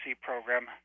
program